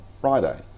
Friday